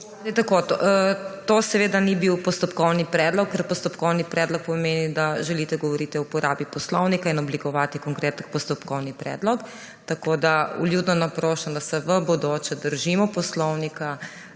tako – to seveda ni bil postopkovni predlog, ker postopkovni predlog pomeni, da želite govoriti o uporabi poslovnika in oblikovati konkreten postopkovni predlog. Vljudno naprošam, da se v bodoče držimo poslovnika.